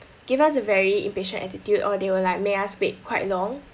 give us a very impatient attitude or they will like make us wait quite long